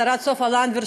השרה סופה לנדבר,